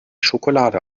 schokolade